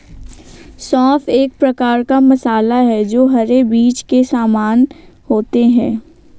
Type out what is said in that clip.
सौंफ एक प्रकार का मसाला है जो हरे बीज के समान होता है